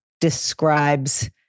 describes